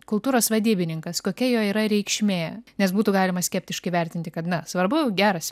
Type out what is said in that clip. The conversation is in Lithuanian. kultūros vadybininkas kokia jo yra reikšmė nes būtų galima skeptiškai vertinti kad na svarbu geras